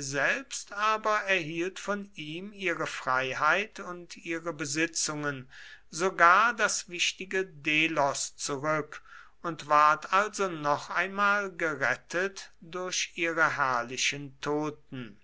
selbst aber erhielt von ihm ihre freiheit und ihre besitzungen sogar das wichtige delos zurück und ward also noch einmal gerettet durch ihre herrlichen toten